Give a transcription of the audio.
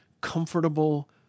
comfortable